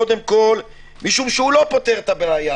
קודם כל משום שהוא לא פותר את הבעיה.